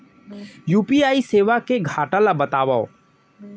UPI सेवा के घाटा ल बतावव?